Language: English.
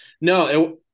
No